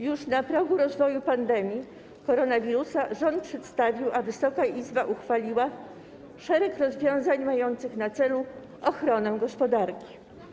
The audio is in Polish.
Już na progu rozwoju pandemii koronawirusa rząd przedstawił, a Wysoka Izba uchwaliła szereg rozwiązań mających na celu ochronę gospodarki.